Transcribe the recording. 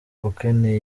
ukeneye